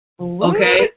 Okay